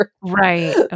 Right